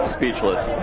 Speechless